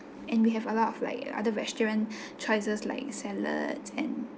and we have a lot of like other restaurant choices like salad and